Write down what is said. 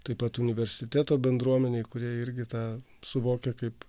taip pat universiteto bendruomenei kurie irgi tą suvokia kaip